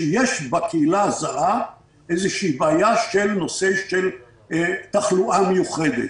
לא נראה שיש בקהילה הזרה איזושהי בעיה של נושא של תחלואה מיוחדת.